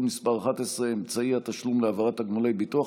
מס' 11) (אמצעי התשלום להעברת תגמולי ביטוח),